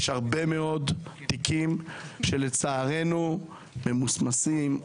יש הרבה מאוד תיקים שלצערנו ממוסמסים,